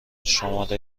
شماره